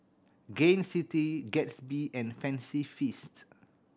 Gain City Gatsby and Fancy Feast